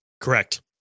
Correct